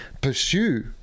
pursue